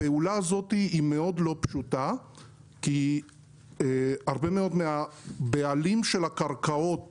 הפעולה הזאת מאוד לא פשוטה כי הרבה מאוד מן הבעלים של הקרקעות